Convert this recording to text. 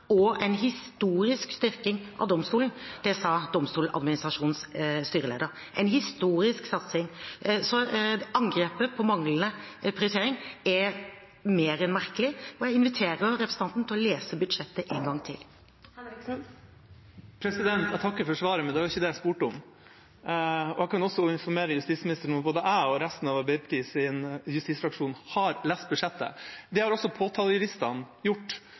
og en historisk styrking av domstolen. Det sa Domstoladministrasjonens styreleder: en historisk satsing. Så angrepet på manglende prioritering er mer enn merkelig, og jeg inviterer representanten til å lese budsjettet en gang til. Jeg takker for svaret, men det var jo ikke det jeg spurte om. Jeg kan også informere justisministeren om at både jeg og resten av Arbeiderpartiets justisfraksjon har lest budsjettet. Det har også påtalejuristene gjort,